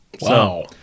Wow